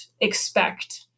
expect